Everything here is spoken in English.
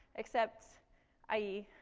except ie.